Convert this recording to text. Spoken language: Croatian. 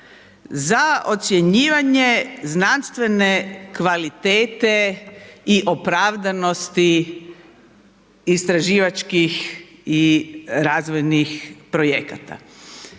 za ocjenjivanje znanstvene kvalitete i opravdanosti istraživačkih i razvojnih projekata.